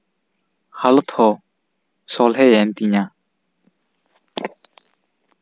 ᱦᱟᱞᱚᱛ ᱦᱚᱸ ᱥᱚᱦᱞᱮᱭᱮᱱ ᱛᱤᱧᱟ